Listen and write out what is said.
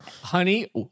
Honey